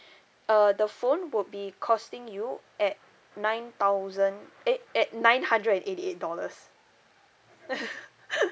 uh the phone would be costing you at nine thousand eh eh nine hundred and eighty eight dollars